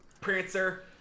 Prancer